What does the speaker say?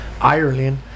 ireland